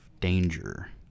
danger